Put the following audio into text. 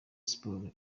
siporo